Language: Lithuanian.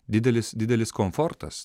didelis didelis komfortas